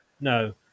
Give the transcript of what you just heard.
No